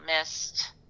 missed